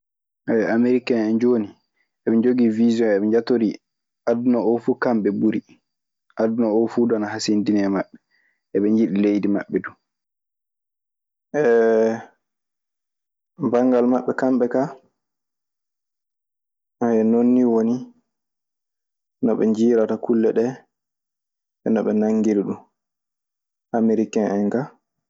Ameriken en jooni. Eɓe njogii wiison, eɓe njatorii aduna oo fuu kamɓe ɓuri, aduna oo fuu du ana hasindinii e maɓɓe. Eɓe njiɗi leydi maɓɓe du. banngal maɓɓe kamɓe ka, ayo nonni woni no ɓe njiirata kulle ɗe, e no ɓe nangiri ɗun. Amiriken en ka.